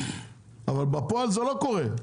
אבל בפועל זה לא קורה,